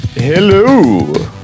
hello